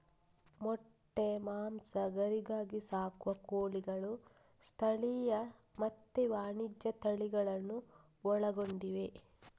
ಮೊಟ್ಟೆ, ಮಾಂಸ, ಗರಿಗಾಗಿ ಸಾಕುವ ಕೋಳಿಗಳು ಸ್ಥಳೀಯ ಮತ್ತೆ ವಾಣಿಜ್ಯ ತಳಿಗಳನ್ನೂ ಒಳಗೊಂಡಿವೆ